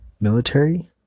military